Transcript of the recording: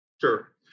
Sure